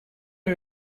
you